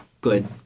good